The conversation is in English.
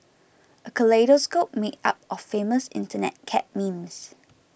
a kaleidoscope made up of famous Internet cat memes